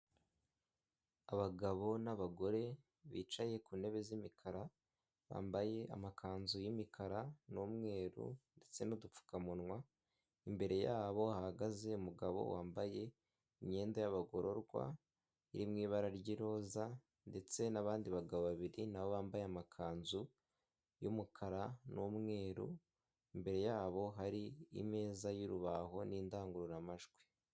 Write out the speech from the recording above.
Abagabo n'abagore bicaye ku ntebe z'imikara bambaye amakanzu y'imikara n'umweru ndetse n'udupfukamunwa, imbere yabo hahagaze umugabo wambaye imyenda y'abagororwa iri mu ibara ry'iroza ndetse n'abandi bagabo babiri nabo bambaye amakanzu y'umukara n'umweru imbere yabo hari imeza y'urubaho n'indangururamajwi.